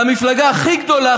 למפלגה הכי גדולה,